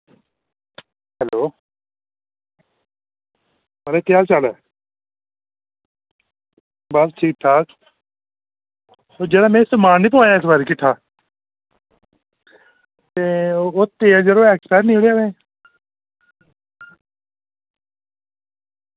hello थुआढ़ा केह् हाल चाल ऐ बस ठीक ठाक ओह् जेह्ड़ा में समान नी पोआया इसी बारी किट्ठा ओह् तेल जेह्ड़ा ऐक्सपाइरी निकलेआ भैं